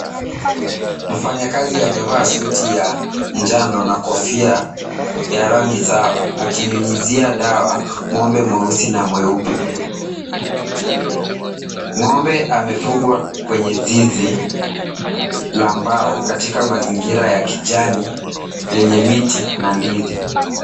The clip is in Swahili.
Mfanyakazi amevaa suti ya njano na kofia ya rangi sawa, akinyunyizia dawa ng'ombe mweusi na mweupe.Ng'ombe amefugwa kwenye zizi la mbao katika mazingira ya kijani yenye miti na ndizi.